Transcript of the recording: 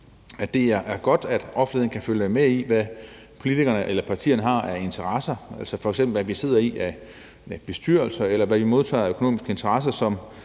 at det er godt, at offentligheden kan følge med i, hvad politikerne eller partierne har af interesser, altså f.eks. hvad vi sidder i af bestyrelser, eller hvad vi modtager i forhold til økonomiske interesser,